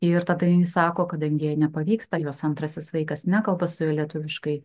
ir tada jin sako kadangi jai nepavyksta jos antrasis vaikas nekalba su ja lietuviškai